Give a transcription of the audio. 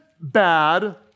bad